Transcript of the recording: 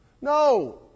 No